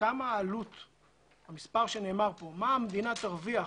מה המדינה תרוויח